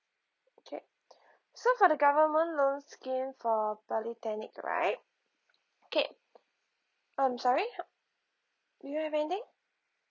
okay so for the government loan scheme for polytechnic right okay I'm sorry do you have anything